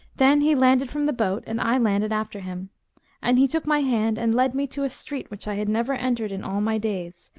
then he landed from the boat and i landed after him and he took my hand and led me to a street which i had never entered in all my days,